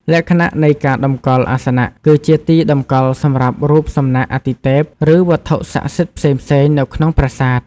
លក្ខណៈនៃការតម្កល់អាសនៈ គឺជាទីតម្កល់សម្រាប់រូបសំណាកអាទិទេព ឬវត្ថុសក្តិសិទ្ធិផ្សេងៗនៅក្នុងប្រាសាទ។